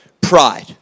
pride